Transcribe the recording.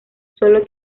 sólo